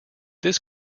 this